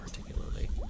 particularly